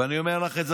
ואני אומר לך את זה,